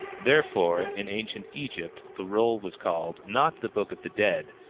therefore in ancient egypt the roll was called, not the book of the dead,